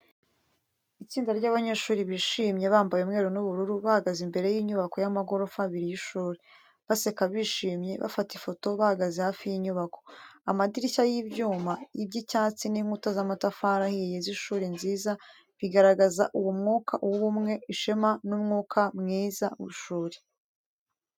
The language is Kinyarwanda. Itsinda ry’abanyeshuri bishimye bambaye umweru n'ubururu bahagaze imbere y’inyubako y’amagorofa abiri y’ishuri. Baseka bishimye, bafata ifoto bahagaze hafi y’inyubako. Amadirishya y'ibyuma by'icyatsi n’inkuta z'amatafari ahiye z’ishuri nziza bigaragaza uwo mwuka w’ubumwe, ishema n’umwuka mwiza w’ishuri.